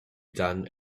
done